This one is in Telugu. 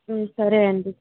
సరే అండి